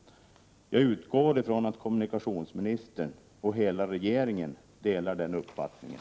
Jag utgår från att kommunikationsministern och hela regeringen delar den uppfattningen.